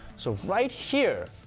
so right here.